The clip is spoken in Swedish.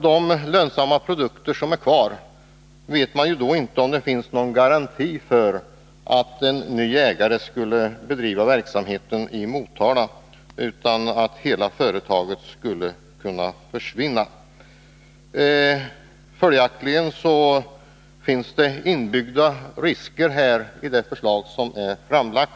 Det finns inte någon garanti för att en ny ägare skulle bedriva verksamheten i Motala, med de lönsamma produkter som då skulle bli kvar, utan hela företaget skulle kunna försvinna. Följaktligen finns det risker inbyggda i det förslag som här är framlagt.